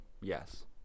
yes